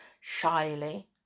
shyly